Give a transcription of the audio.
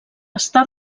està